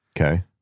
Okay